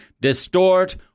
distort